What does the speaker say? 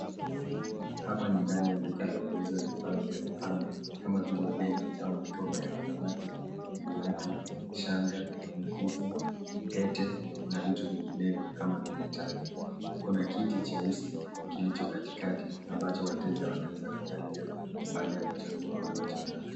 Hapa ni ndani ya duka la kuuza vifaa vya mapambo kama vile begi au mikoba ya wanawake viatu shanga mikufu pete na vitu vinginevyo kama vile tai kuna kiti cheusi kilicho katikati ambacho wateja wanaweza kukalia baada ya kuchagua wanachoaka.